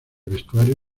vestuario